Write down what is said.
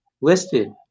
listed